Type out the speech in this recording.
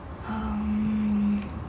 um